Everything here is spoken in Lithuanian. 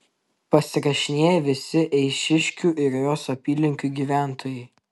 pasirašinėja visi eišiškių ir jos apylinkių gyventojai